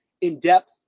in-depth